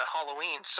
Halloween